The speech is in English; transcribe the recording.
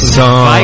song